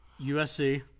USC